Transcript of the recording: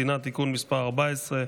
משולב בהצעת חוק-יסוד: משק המדינה (תיקון מס' 14),